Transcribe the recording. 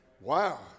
Wow